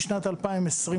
משנת 2020,